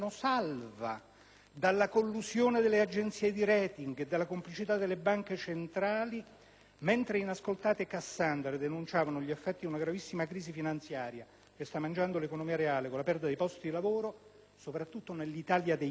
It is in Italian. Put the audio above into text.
dalla collusione delle agenzie di *rating* e dalla complicità delle banche centrali); mentre inascoltate Cassandre denunciavano gli effetti di una gravissima crisi finanziaria, che sta mangiando l'economia reale con la perdita dei posti di lavoro, soprattutto nell'Italia dei cartelli,